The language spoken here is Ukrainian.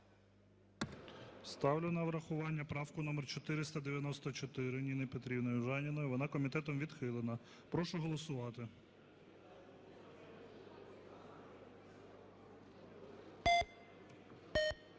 Ставлю на врахування правку номер 494 Ніни Петрівни Южаніної, вона комітетом відхилена. Прошу голосувати.